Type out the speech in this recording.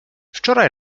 wczoraj